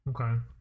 okay